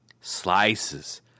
Slices